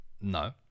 No